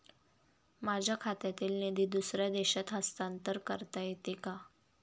माझ्या खात्यातील निधी दुसऱ्या देशात हस्तांतर करता येते का?